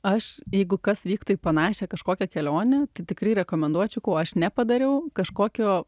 aš jeigu kas vyktų į panašią kažkokią kelionę tai tikrai rekomenduočiau ko aš nepadariau kažkokio